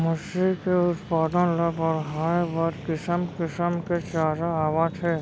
मछरी के उत्पादन ल बड़हाए बर किसम किसम के चारा आवत हे